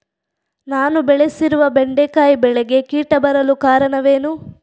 ನಾನು ಬೆಳೆಸಿರುವ ಬೆಂಡೆಕಾಯಿ ಬೆಳೆಗೆ ಕೀಟ ಬರಲು ಕಾರಣವೇನು?